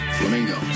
Flamingo